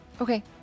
Okay